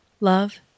love